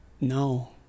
No